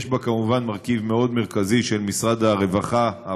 יש בה כמובן מרכיב מאוד מרכזי של משרד העבודה,